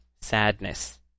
sadness